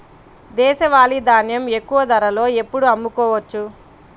దేశవాలి ధాన్యం ఎక్కువ ధరలో ఎప్పుడు అమ్ముకోవచ్చు?